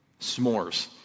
s'mores